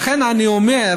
לכן אני אומר,